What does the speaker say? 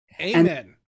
amen